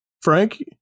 Frank